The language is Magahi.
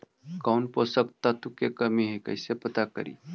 कौन पोषक तत्ब के कमी है कैसे पता करि?